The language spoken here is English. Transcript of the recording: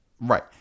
Right